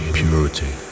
purity